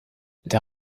der